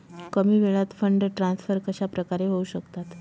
कमी वेळात fund transfer कशाप्रकारे होऊ शकतात?